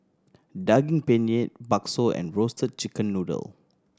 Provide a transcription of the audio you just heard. Daging Penyet bakso and Roasted Chicken Noodle